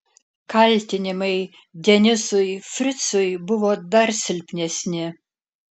kaltinimai denisui fricui buvo dar silpnesni